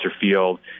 Field